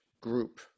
group